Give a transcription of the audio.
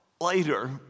later